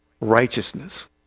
righteousness